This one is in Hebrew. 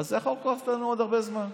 אבל צריך לחכות עוד הרבה זמן.